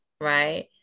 right